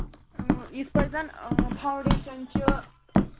یِتھ پٲٹھۍ زَن فاوڈیشَن چھِ